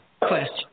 question